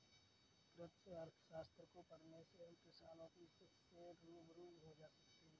कृषि अर्थशास्त्र को पढ़ने से हम किसानों की स्थिति से रूबरू हो सकते हैं